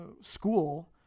school